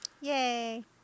Yay